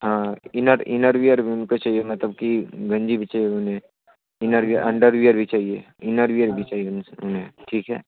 हाँ inner inner wear भी उनको चाहिए मतलब कि गंजी भी चाहिए उन्हें इनर वियर अंडरवियर भी चाहिए इनर वियर भी चाहिए उन्हें ठीक है